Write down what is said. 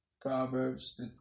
Proverbs